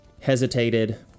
hesitated